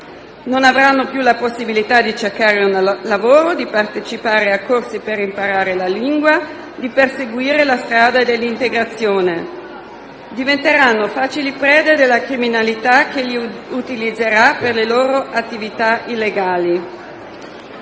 Non avranno più la possibilità di cercare un lavoro, di partecipare a corsi per imparare la lingua, di perseguire la strada dell'integrazione. Diventeranno facili prede della criminalità che li utilizzerà per le sue attività illegali.